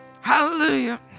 hallelujah